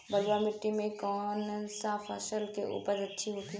बलुआ मिट्टी में कौन सा फसल के उपज अच्छा होखी?